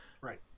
Right